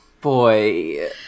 Boy